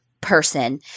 person